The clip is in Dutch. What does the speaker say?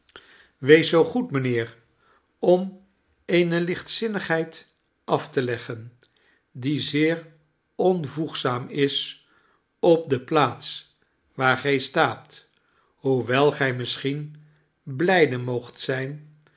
wees zoo goed mijnheer om eene lichtzinnigheid af te leggen die zeer onvoegzaam is op de plaats waar gij staat hoewel gij misschien blijde moogt zijn